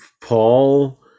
Paul